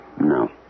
No